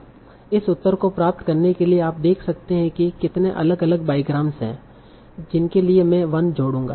इस उत्तर को प्राप्त करने के लिए आप देख सकते हैं कि कितने अलग अलग बाईग्रामस है जिनके लिए मैं 1 जोड़ूंगा